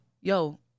Yo